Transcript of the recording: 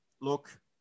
Look